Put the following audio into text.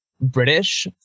British